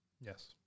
Yes